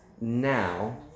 now